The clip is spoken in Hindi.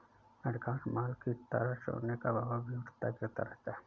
अधिकांश माल की तरह सोने का भाव भी उठता गिरता रहता है